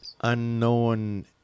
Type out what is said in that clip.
unknown